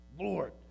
Lord